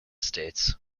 states